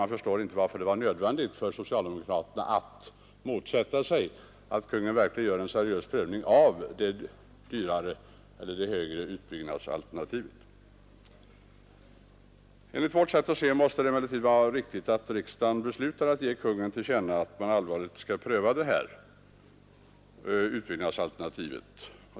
Man förstår inte varför det var nödvändigt för socialdemokraterna att motsätta sig att Kungl. Maj:t verkligen gör en seriös prövning av det mer omfattande utbyggnadsalternativet. Enligt vårt sätt att se måste det emellertid vara riktigt att riksdagen beslutar att ge Kungl. Maj:t till känna att man allvarligt skall pröva utbyggnadsalternativet.